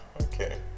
okay